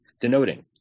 denoting